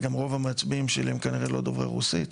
וגם רוב המצביעים שלי הם כנראה לא דוברי רוסית,